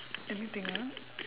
anything ah